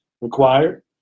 required